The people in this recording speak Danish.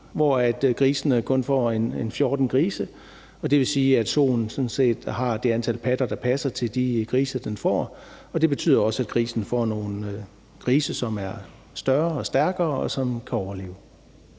hvor grisene kun får en 14 pattegrise, og det vil sige, at soen sådan set har det antal patter, der passer til de grise, den får. Det betyder også, at grisen får nogle grise, som er større og stærkere, og som kan overleve.